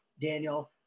Daniel